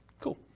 cool